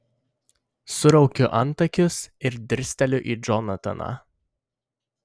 suraukiu antakius ir dirsteliu į džonataną